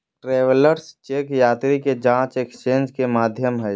travellers cheque यात्री के जांच एक्सचेंज के माध्यम हइ